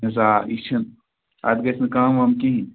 نہ حظ آ یہِ چھُنہٕ اَتھ گژھِ نہٕ کَم وَم کِہیٖنۍ